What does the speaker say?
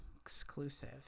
exclusive